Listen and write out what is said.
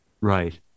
Right